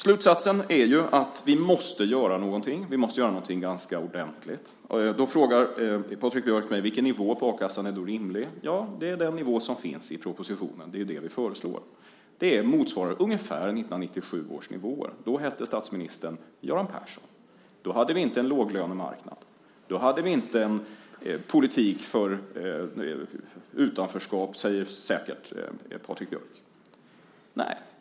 Slutsatsen är att vi måste göra någonting, att vi måste göra någonting ganska ordentligt. Då frågar Patrik Björck mig vilken nivå på a-kassan som är rimlig. Ja, det är den nivå som finns i propositionen. Det är det vi föreslår. Det motsvarar ungefär 1997 års nivåer. Då hette statsministern Göran Persson. Då hade vi inte en låglönemarknad. Då hade vi inte en politik för utanförskap, säger säkert Patrik Björck. Nej.